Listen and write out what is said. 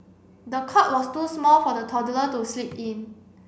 the cot was too small for the toddler to sleep in